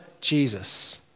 Jesus